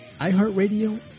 iHeartRadio